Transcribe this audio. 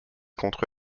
contre